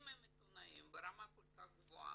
אם הם עיתונאים ברמה כל כך גבוהה